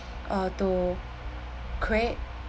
uh to create